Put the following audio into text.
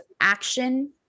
action